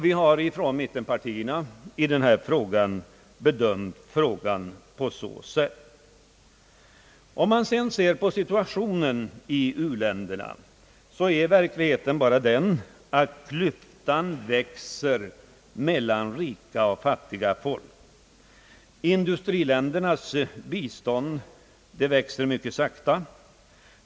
Vi har från mittenpartiernas sida bedömt denna fråga på så sätt. Om man sedan ser på situationen i u-länderna är verkligheten den att klyftan mellan rika och fattiga folk växer. Industriländernas bistånd stiger mycket sakta.